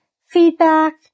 feedback